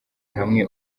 hamwe